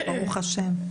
ברוך השם.